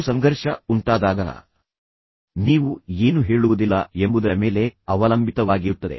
ಮತ್ತು ಸಂಘರ್ಷ ಉಂಟಾದಾಗ ನೀವು ಏನು ಹೇಳುವುದಿಲ್ಲ ಎಂಬುದರ ಮೇಲೆ ಅವಲಂಬಿತವಾಗಿರುತ್ತದೆ